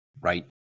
Right